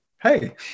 hey